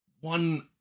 one